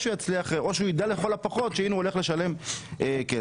או שהוא לכל הפחות ידע שהוא הולך לשלם כסף.